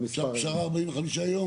אפשר פשרה 45 ימים?